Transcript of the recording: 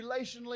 relationally